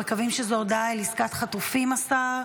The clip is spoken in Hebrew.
מקווים שזו הודעה על עסקת חטופים, השר.